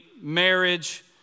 marriage